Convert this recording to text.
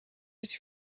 his